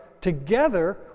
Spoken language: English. together